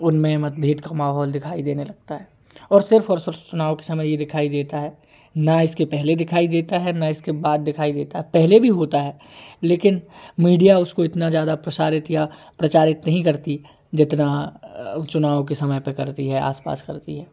उनमें मतभेद का माहौल दिखाई देने लगता है और सिर्फ और सिर्फ चुनाव के समय ये दिखाई देता है न इसके पहले दिखाई देता है न इसके बाद दिखाई देता है पहले भी होता है लेकिन मीडिया उसको इतना ज़्यादा प्रसारित या प्रचारित नहीं करती जितना चुनाव के समय पर करती है आस पास करती है